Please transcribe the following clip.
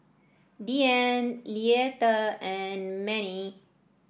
Deann Leatha and Mannie